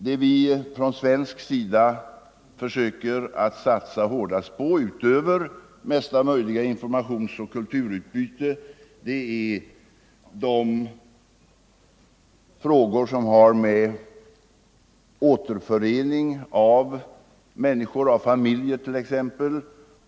Där vi från svensk sida försöker satsa hårdast på, utöver mesta möjliga informationsoch kulturutbyte, är de frågor som har med återförening av t.ex. familjer att göra.